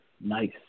Nice